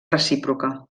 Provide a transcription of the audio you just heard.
recíproca